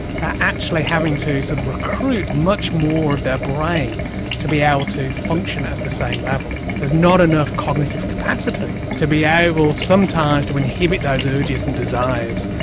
actually having to sort of recruit much more of their brain to be able to function at the same level. there's not enough cognitive capacity to be able sometimes to inhibit those urges and desires,